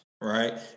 Right